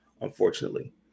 unfortunately